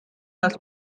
das